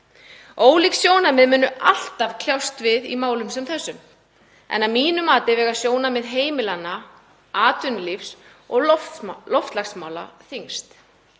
Ólík sjónarmið munu alltaf kljást við í málum sem þessum en að mínu mati vega sjónarmið heimilanna, atvinnulífs og loftslagsmála þyngst.